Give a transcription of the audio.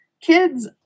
kids